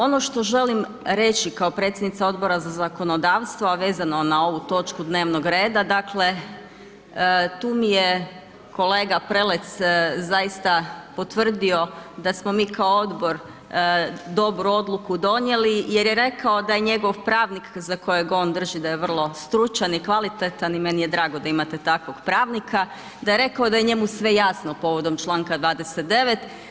Ono što želim reći kao predsjednica Odbora za zakonodavstvo, a vezano na ovu točku dnevnog reda dakle, tu mi je kolega Prelec zaista potvrdio da smo mi kao odbor dobru odluku donijeli jer je rekao da je njegov pravnik, za kojeg on drži da je vrlo stručan i kvalitetan i meni je drago da imate takvog pravnika, da je rekao da je njemu sve jasno povodom Članka 29.